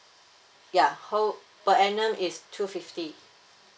ya whole per annum is two fifty